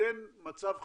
שבהינתן מצב חירום,